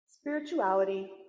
Spirituality